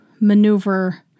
maneuver